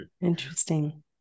Interesting